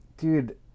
Dude